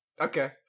Okay